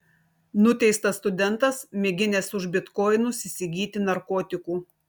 nuteistas studentas mėginęs už bitkoinus įsigyti narkotikų